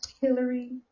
Hillary